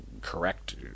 correct